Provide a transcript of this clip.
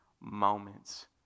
moments